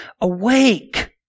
Awake